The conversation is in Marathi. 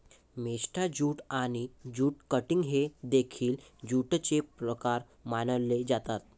मेस्टा ज्यूट आणि ज्यूट कटिंग हे देखील ज्यूटचे प्रकार मानले जातात